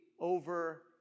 over